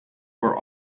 were